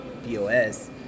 POS